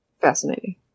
Fascinating